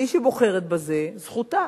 מי שבוחרת בזה, זכותה.